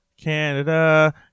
Canada